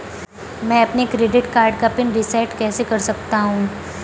मैं अपने credit card का पिन रिसेट कैसे कर सकता हूँ?